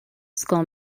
skull